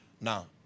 Now